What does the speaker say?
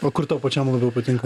o kur tau pačiam labiau patinka